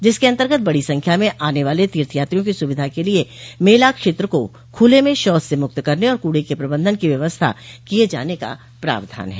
जिसके अन्तर्गत बड़ी संख्या में आने वाले तीर्थयात्रियों की सुविधा के लिए मेला क्षेत्र को खुले में शौच से मुक्त करने और कूड के प्रबंधन की व्यवस्था किये जाने का प्रावधान है